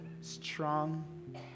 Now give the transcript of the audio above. strong